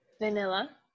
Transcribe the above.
Vanilla